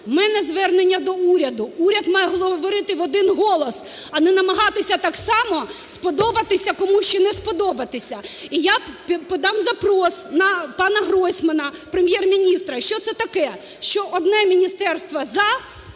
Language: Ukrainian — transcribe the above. мене звернення до уряду. Уряд має говорити в один голос, а не намагатися так само сподобатися комусь чи не сподобатися. І я подам запрос на пана Гройсмана, Прем’єр-міністра. Що це таке, що одне міністерство –